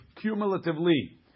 cumulatively